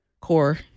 core